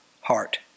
heart